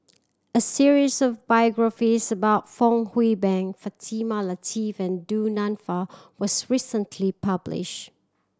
a series of biographies about Fong Hoe Beng Fatimah Lateef and Du Nanfa was recently publish